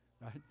right